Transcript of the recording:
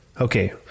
Okay